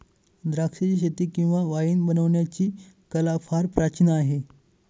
द्राक्षाचीशेती किंवा वाईन बनवण्याची कला फार प्राचीन आहे